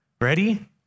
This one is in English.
ready